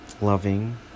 loving